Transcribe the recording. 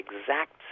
exact